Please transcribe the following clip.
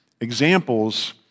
examples